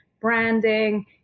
branding